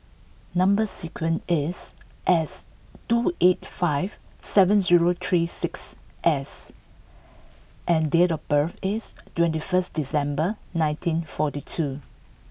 number sequence is S two eight five seven zero three six S and date of birth is twenty first December nineteen forty two